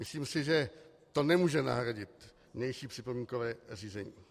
Myslím si, že to nemůže nahradit vnější připomínkové řízení.